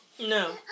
No